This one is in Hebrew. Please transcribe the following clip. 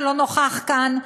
שלא נוכח כאן,